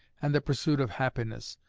and the pursuit of happiness.